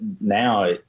Now